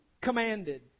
commanded